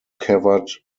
covered